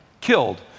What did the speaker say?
Killed